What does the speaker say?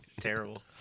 Terrible